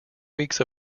weeks